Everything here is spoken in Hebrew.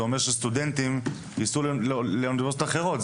זה אומר שסטודנטים ילכו לאוניברסיטאות אחרות.